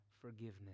forgiveness